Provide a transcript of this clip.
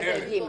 זה ב-(ג).